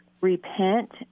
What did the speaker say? repent